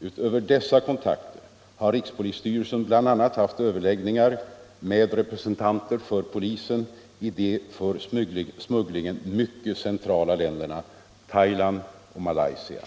Utöver dessa kontakter har rikspolisstyrelsen bl.a. haft överläggningar med representanter för polisen i de för smugglingen mycket centrala länderna Thailand och Malaysia.